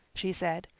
she said,